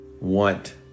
want